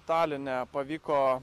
taline pavyko